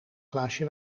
glaasje